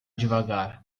devagar